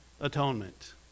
atonement